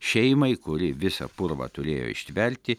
šeimai kuri visą purvą turėjo ištverti